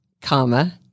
comma